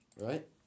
Right